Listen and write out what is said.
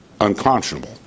unconscionable